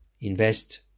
invest